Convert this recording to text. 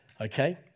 Okay